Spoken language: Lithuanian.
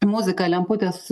muzika lemputės